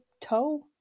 toe